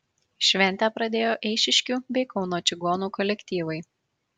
šventę pradėjo eišiškių bei kauno čigonų kolektyvai